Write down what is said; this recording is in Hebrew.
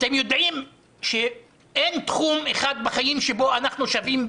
אתם יודעים שאין תחום אחד בחיים שאנחנו שווים,